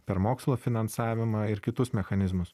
per mokslo finansavimą ir kitus mechanizmus